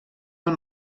del